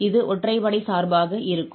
இது ஒற்றைப்படை சார்பாக இருக்கும்